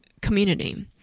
community